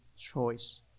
choice